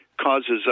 causes